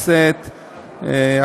הכנסת דחתה את הצעת החוק.